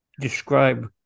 describe